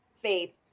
faith